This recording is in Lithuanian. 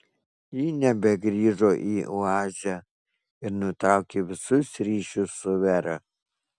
ji nebegrįžo į oazę ir nutraukė visus ryšius su vera